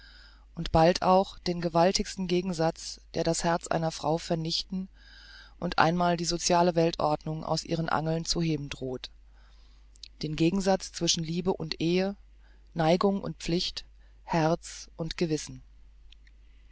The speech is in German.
und bald auch den gewaltigsten gegensatz der das herz einer frau vernichtet und einmal die sociale weltordnung aus ihren angeln zu heben droht den gegensatz zwischen liebe und ehe neigung und pflicht herz und gewissen